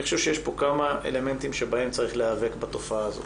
אני חושב שיש כאן כמה אלמנטים שאתם צריך להיאבק בתופעה הזו.